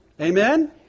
Amen